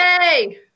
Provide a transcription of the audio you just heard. yay